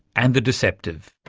and the deceptive.